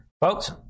Folks